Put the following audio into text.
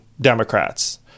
Democrats